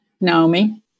Naomi